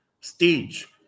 stage